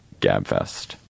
GABFEST